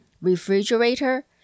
refrigerator